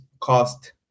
cost